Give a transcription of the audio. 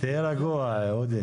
תהיה רגוע, אודי.